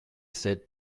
said